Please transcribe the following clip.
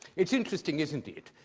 it's interesting, isn't it,